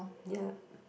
yup